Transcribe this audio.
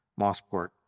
Mossport